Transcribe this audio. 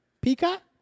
Peacock